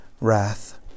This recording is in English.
wrath